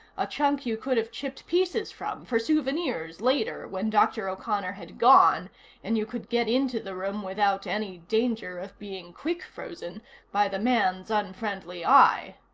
a chunk you could have chipped pieces from, for souvenirs, later, when dr. o'connor had gone and you could get into the room without any danger of being quick-frozen by the man's unfriendly eye.